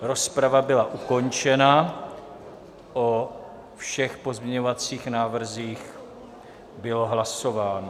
Rozprava byla ukončena, o všech pozměňovacích návrzích bylo hlasováno.